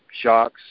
shocks